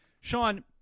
Sean